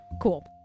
cool